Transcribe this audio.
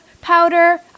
powder